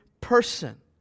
person